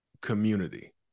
community